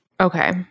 Okay